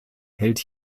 hält